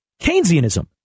Keynesianism